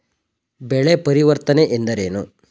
ಬೆಳೆ ಪರಿವರ್ತನೆ ಎಂದರೇನು?